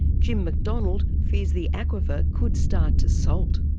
jim mcdonald fears the aquifer could start to salt.